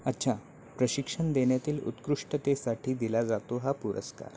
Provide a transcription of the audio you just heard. अच्छा प्रशिक्षण देण्यातील उत्कृष्टतेसाठी दिला जातो हा पुरस्कार